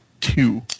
two